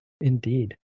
Indeed